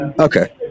Okay